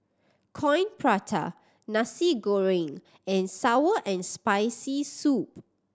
Coin Prata Nasi Goreng and sour and Spicy Soup